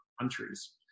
countries